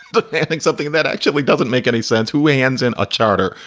but i think, something that actually doesn't make any sense who ends in a charter.